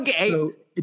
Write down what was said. Okay